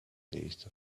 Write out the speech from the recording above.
taste